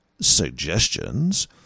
suggestions